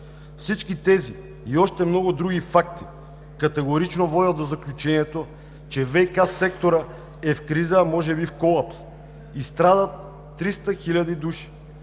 Всички тези и още много други факти категорично водят до заключение, че ВиК секторът е в криза, а може би в колапс и страдат 300 хиляди души.